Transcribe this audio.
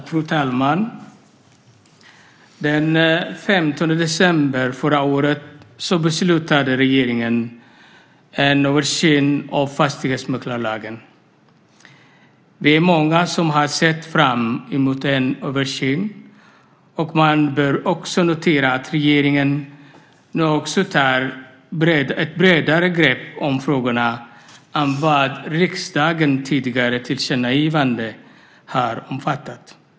Fru talman! Den 15 december förra året beslutade regeringen om en översyn av fastighetsmäklarlagen. Vi är många som har sett fram emot den översynen. Man bör också notera att regeringen nu tar ett bredare grepp om frågorna än vad riksdagens tidigare tillkännagivande har omfattat.